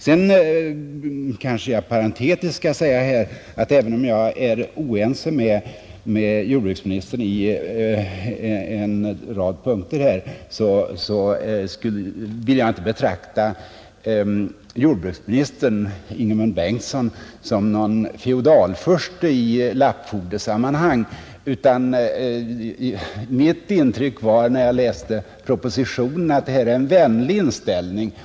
Jag kanske parentetiskt skall säga, att jag, även om jag är oense med jordbruksministern på en rad punkter, inte skulle vilja betrakta Ingemund Bengtsson som någon feodalfurste i lappfogdesammanhang. Mitt intryck var, när jag läste propositionen, att den är ett uttryck för en samevänlig inställning.